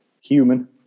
human